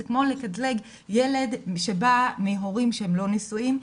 זה כמו לקטלג ילד שבא מהורים שהם לא נשואים.